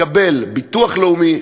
לקבל ביטוח לאומי,